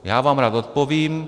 Já vám rád odpovím.